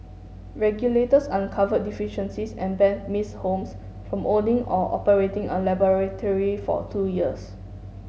regulators uncovered deficiencies and ban Miss Holmes from owning or operating a laboratory for two years